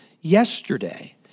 yesterday